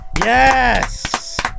Yes